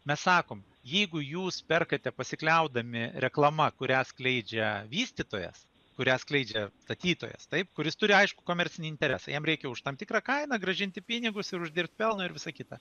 mes sakom jeigu jūs perkate pasikliaudami reklama kurią skleidžia vystytojas kurią skleidžia statytojas taip kuris turi aiškų komercinį interesą jam reikia už tam tikrą kainą grąžinti pinigus ir uždirbt pelno ir visa kita